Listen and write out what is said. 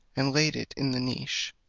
and laid it in the niche.